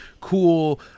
cool